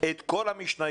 את כל המשניות,